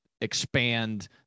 expand